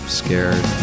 scared